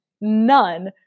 none